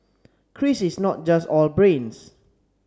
Chris is not just all brains